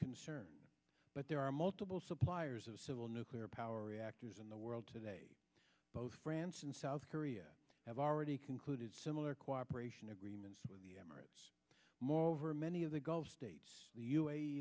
concern but there are multiple suppliers of civil nuclear power reactors in the world today both france and south korea have already concluded similar cooperation agreements with the emirates moreover many of the gulf states